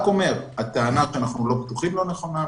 הטענה שאנחנו לא פתוחים היא לא נכונה,